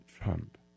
Trump